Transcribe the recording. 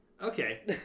Okay